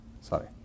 Sorry